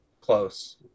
close